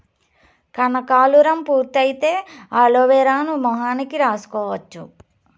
కనకాలురం పూర్తి అయితే అలోవెరాను మొహానికి రాసుకోవచ్చు